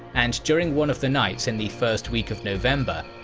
and during one of the nights in the first week of november,